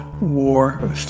War